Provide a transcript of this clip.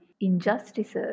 injustices